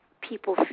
people